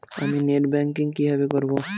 আমি net banking কিভাবে করব?